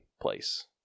place